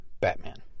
Batman